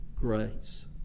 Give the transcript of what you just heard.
grace